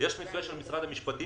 מתווה של משרד המשפטים